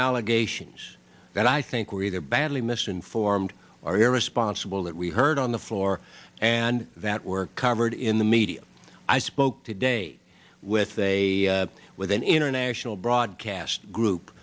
allegations that i think were either badly misinformed or irresponsible that we heard on the floor and that were covered in the media i spoke today with a with an international broadcast group